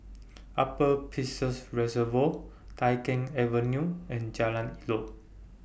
Upper Peirce Reservoir Tai Keng Avenue and Jalan Elok